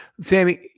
Sammy